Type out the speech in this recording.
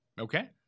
okay